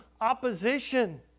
opposition